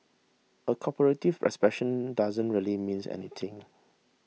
a comparative expression that doesn't really mean anything